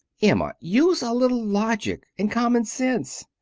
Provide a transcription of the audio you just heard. emma, use a little logic and common sense!